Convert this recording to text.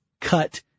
cut